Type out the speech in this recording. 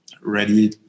ready